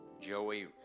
Joey